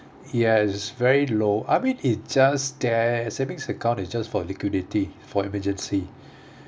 yes very low I mean it's just there savings account is just for liquidity for emergency